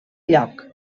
lloc